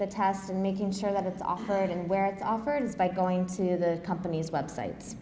the test and making sure that it's offered and where it's offered is by going to the company's web sites